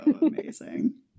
Amazing